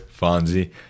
Fonzie